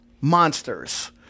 monsters